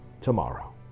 tomorrow